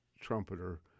trumpeter